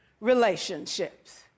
relationships